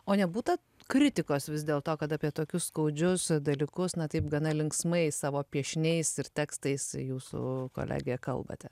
o nebūta kritikos vis dėlto kad apie tokius skaudžius dalykus na taip gana linksmai savo piešiniais ir tekstais jūs su kolege kalbate